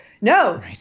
No